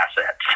assets